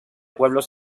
pueblos